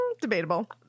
debatable